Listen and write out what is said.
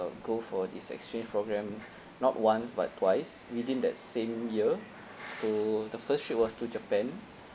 go for this exchange program not once but twice within that same year so the first trip was to japan